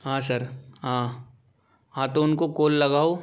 हाँ सर हाँ हाँ तो उनको कॉल लगाओ